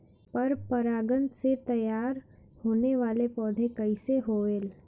पर परागण से तेयार होने वले पौधे कइसे होएल?